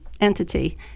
entity